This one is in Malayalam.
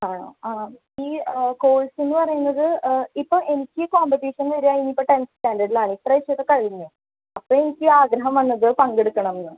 ആണോ ആ ഈ കോഴ്സെന്നു പറയുന്നത് ഇപ്പോൾ എനിക്ക് കോമ്പറ്റീഷൻ വരികയാണെങ്കിൽ ഇപ്പോൾ ടെൻത്ത് സ്റ്റാൻഡേർഡിലാണ് ഇത്രയും ഇപ്പോൾ കഴിഞ്ഞു അപ്പോൾ എനിക്ക് ആഗ്രഹം വന്നത് പങ്കെടുക്കണം എന്ന്